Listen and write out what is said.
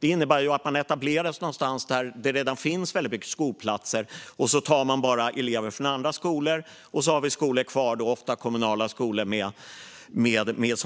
Det innebär att man etableras någonstans där det redan finns väldigt mycket skolplatser, och så tar man bara elever från andra skolor. Då har vi skolor kvar, ofta kommunala, som